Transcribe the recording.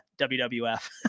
wwf